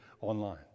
online